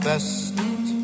Best